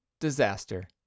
disaster